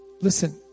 Listen